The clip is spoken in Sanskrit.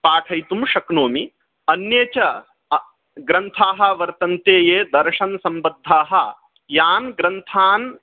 पाठयितुं शक्नोमि अन्ये च ग्रन्थाः वर्तन्ते ये दर्शनसम्बद्धाः यान् ग्रन्थान्